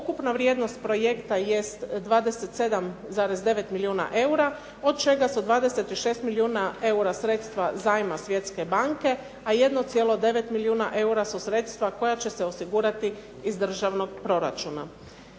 Ukupna vrijednost projekta jest 27,9 milijuna eura, od čega se 26 milijuna eura sredstva zajma Svjetske banke, a 1,9 milijuna eura su sredstva koja će se osigurati iz državnog proračuna.